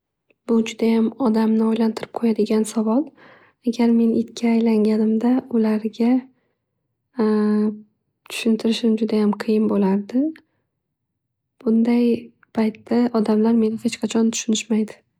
Bu judayam odamni o'ylantirib qo'yadigan savol. Agar men itga aylanganimda ularga tushuntirish juda ham tushuntirishim qiyin bo'lardi. Bundau paytda odamlar meni hech qachon tushunishmaydi.